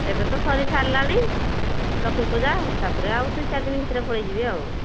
ଏବେ ତ ସରି ସାରିଲାଣି ଲକ୍ଷ୍ମୀପୂଜା ତାପରେ ଆଉ ଦୁଇ ଚାରିଦିନ ଭିତରେ ପଳେଇଯିବି ଆଉ